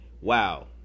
wow